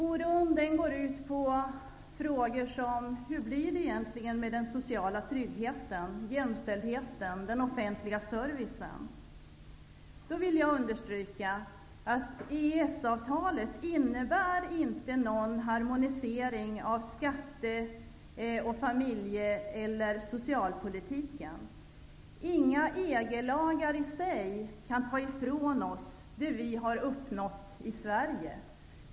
Oron rör frågor som: Hur blir det med den sociala tryggheten, jämställdheten, och den offentliga servicen? Jag vill understryka att EES-avtalet inte innebär någon harmonisering av skatte-, familjeoch socialpolitiken. Inga EG-lagar i sig kan ta ifrån oss det vi har uppnått i Sverige.